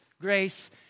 grace